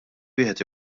wieħed